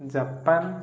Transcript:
Japan